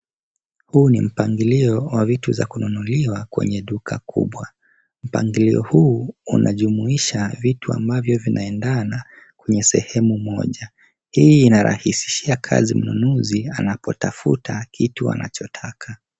Huu ni mpangilio wa vitu za kununuliwa kwenye duka kubwa. Mpangilio huu unajumuisha vitu ambavyo vinaendana kwenye sehemu moja , hii inarahisishia kazi mnunuzi anakotafuta kitu anachotaka.